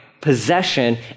possession